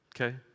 okay